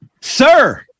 Sir